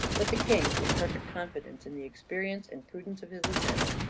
but the king, with perfect confidence in the experience and prudence of his lieutenant,